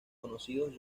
conocidos